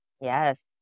Yes